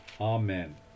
Amen